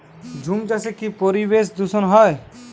ঝুম চাষে কি পরিবেশ দূষন হয়?